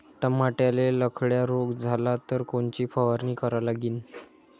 टमाट्याले लखड्या रोग झाला तर कोनची फवारणी करा लागीन?